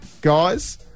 Guys